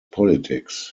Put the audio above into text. politics